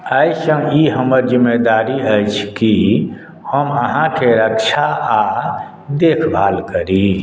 आइसँ ई हमर जिम्मेदारी अछि कि हम अहाँके रक्षा आ देखभाल करी